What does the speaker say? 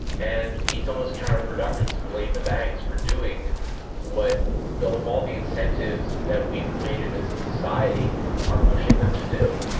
and it's almost counter-productive to blame the banks for doing what all the incentives that we've created as a society are pushing them to do.